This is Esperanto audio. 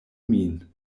min